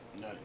no